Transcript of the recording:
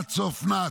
עד סוף שנת